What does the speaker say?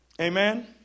Amen